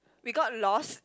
we got lost